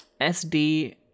sd